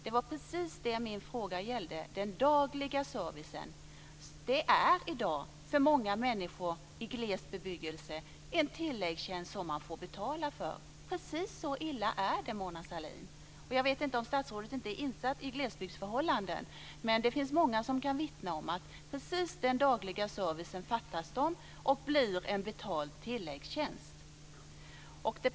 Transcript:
Det var precis detta som min fråga handlade om. Den dagliga servicen är i dag för många människor i glesbygden en tilläggstjänst som de får betala för. Precis så illa är det, Mona Sahlin. Jag vet inte om statsrådet inte inser att det är glesbygdsförhållanden, men det finns många som kan vittna om att precis den dagliga servicen fattas dem och blir en betald tilläggstjänst.